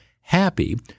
happy